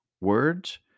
words